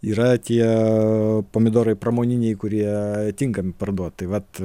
yra tie pomidorai pramoniniai kurie tinkami parduot tai vat